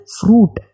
fruit